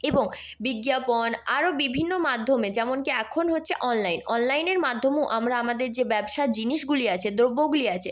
এবং বিজ্ঞাপন আরও বিভিন্ন মাধ্যমে যেমন কি এখন হচ্ছে অনলাইন অনলাইনের মাধ্যমেও আমরা আমাদের যে ব্যবসার জিনিসগুলি আছে দ্রব্যগুলি আছে